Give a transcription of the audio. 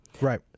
Right